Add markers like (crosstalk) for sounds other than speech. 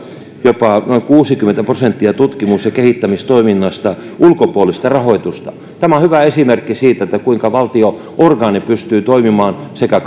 jopa noin kuusikymmentä prosenttia tutkimus ja kehittämistoiminnasta ulkopuolista rahoitusta tämä on hyvä esimerkki siitä kuinka valtio orgaani pystyy toimimaan sekä (unintelligible)